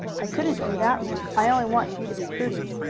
i couldn't do that, luke. i only want you to be prudent.